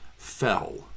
Fell